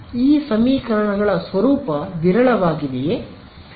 ಈ ಸಮೀಕರಣಗಳ ಸ್ವರೂಪ ವಿರಳವಾಗಿದೆಯೇ